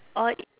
or